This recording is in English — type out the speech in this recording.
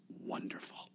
wonderful